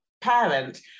parent